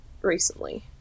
recently